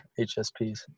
HSPs